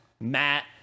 Matt